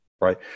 right